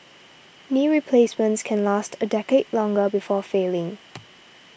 knee replacements can last a decade longer before failing